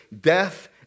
death